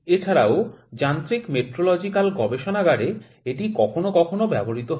এছাড়াও যান্ত্রিক মেট্রোলজিকাল গবেষণাগারে এটি কখনও কখনও ব্যবহৃত হয়